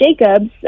Jacobs